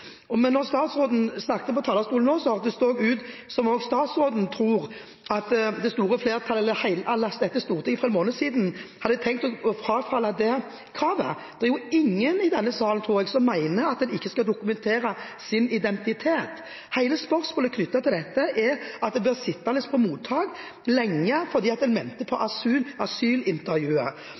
Når statsråden snakket fra talerstolen nå, hørtes det ut som om statsråden også tror at dette Stortinget for en måned siden hadde tenkt å frafalle det kravet. Det er ingen i denne sal, tror jeg, som mener at en ikke skal dokumentere sin identitet. Hele spørsmålet knyttet til dette er at en blir sittende på mottak lenge fordi en venter på asylintervjuet. Da må jeg spørre statsråden: Tror statsråden at hvis en tidlig lærer seg norsk, vil en da på